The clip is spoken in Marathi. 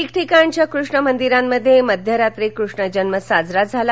ठीकठिकाणच्या कृष्ण मंदिरांमध्ये मध्यरात्री कृष्णजन्म साजरा झाला